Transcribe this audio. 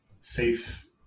safe